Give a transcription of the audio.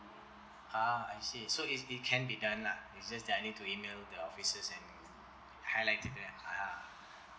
ah I see so is it can be done lah is just that I need to email the officers and highlight to them ah ha